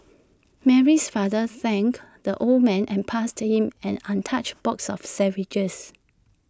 Mary's father thanked the old man and passed him an untouched box of sandwiches